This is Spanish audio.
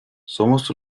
somos